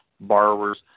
borrowers